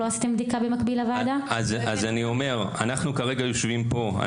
לא עשיתם בדיקה במקביל לוועדה?) אנחנו כרגע יושבים פה,